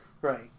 Right